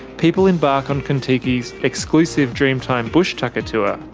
people embark on contiki's exclusive dreamtime bush tucker tour.